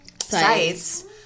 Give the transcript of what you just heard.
sites